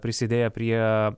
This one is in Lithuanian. prisidėję prie